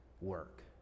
work